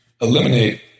eliminate